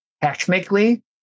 technically